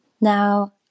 Now